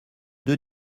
deux